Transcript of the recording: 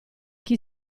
chi